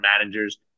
managers